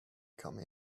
come